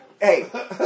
hey